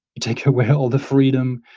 you take away all the freedom.